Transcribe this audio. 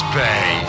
pay